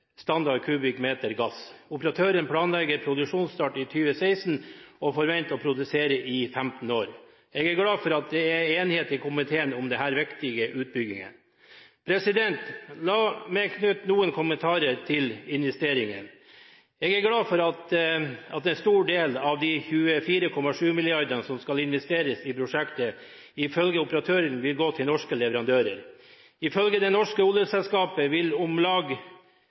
gass. Operatøren planlegger produksjonsstart i 2016 og forventer å produsere i 15 år. Jeg er glad for at det er enighet i komiteen om denne viktige utbyggingen. La meg knytte noen kommentarer til investeringene. Jeg er glad for at en stor del av de 24,7 mrd. kr som skal investeres i prosjektet ifølge operatøren vil gå til norske leverandører. Ifølge Det norske oljeselskap vil